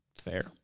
Fair